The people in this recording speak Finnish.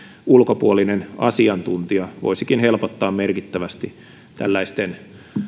ulkopuolinen asiantuntija voisikin helpottaa merkittävästi tällaisten